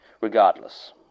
Regardless